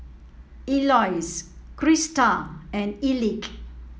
Eloise Christa and Elick